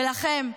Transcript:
ולכם,